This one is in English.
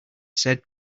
said